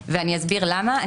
חודשים ואני אסביר למה.